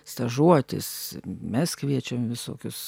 stažuotis mes kviečiam visokius